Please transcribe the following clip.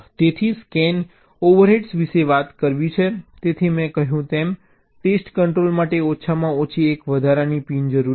તેથી scan overheads વિશે વાત કરવી છે તેથી મેં કહ્યું તેમ ટેસ્ટ કંટ્રોલ માટે ઓછામાં ઓછી એક વધારાની પિન જરૂરી છે